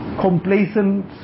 complacent